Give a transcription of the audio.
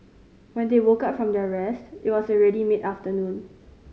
when they woke up from their rest it was already mid afternoon